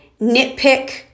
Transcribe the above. nitpick